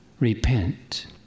repent